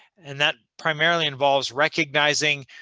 and that primarily involves recognizing,